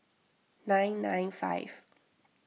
nine nine five